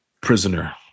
Prisoner